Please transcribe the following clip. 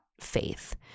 faith